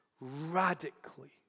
radically